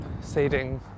saving